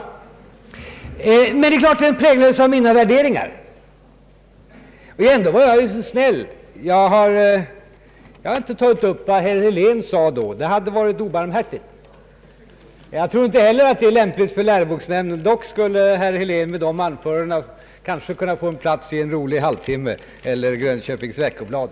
Men det är klart att min redogörelse för utvecklingen präglades av mina värderingar. Ändå var jag ju så snäll, att jag inte tog upp vad herr Helén sade på den tiden — det hade varit obarmhärtigt. Jag tror inte heller att det vore lämpligt för läroboksnämnden. Dock skulle herr Helén med de anförandena kanske kunnat få en plats i En rolig halvtimme eller i Grönköpings Veckoblad.